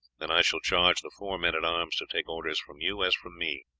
and i shall charge the four men-at-arms to take orders from you as from me.